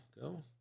go